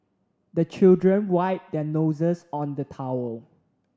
the children wipe their noses on the towel